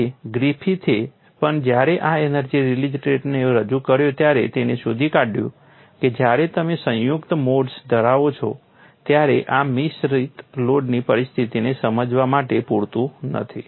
તેથી ગ્રિફિથે પણ જ્યારે આ એનર્જી રિલીઝ રેટને રજૂ કર્યો ત્યારે તેણે શોધી કાઢ્યું કે જ્યારે તમે સંયુક્ત મોડ્સ ધરાવો છો ત્યારે આ મિશ્રિત મોડની પરિસ્થિતિને સમજાવવા માટે પૂરતું નથી